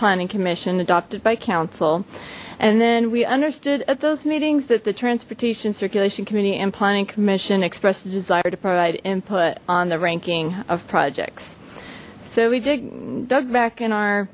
planning commission adopted by council and then we understood at those meetings that the transportation circulation committee and planning commission expressed a desire to provide input on the ranking of projects so we dig dug back